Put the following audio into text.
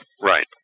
Right